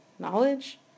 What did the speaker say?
Knowledge